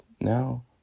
Now